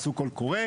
עשו קול קורא.